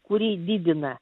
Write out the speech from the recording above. kuri didina